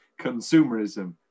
consumerism